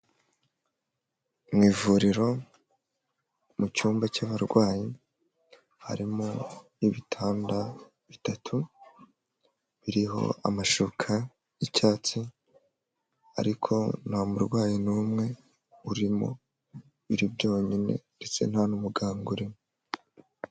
Mu ivuriro mu cyumba cy'abarwayi harimo ibitanda bitatu biriho amashuka y'icyatsi ariko nta murwayi n'umwe urimo, biri byonyine ndetse nta n'umugangam urimo.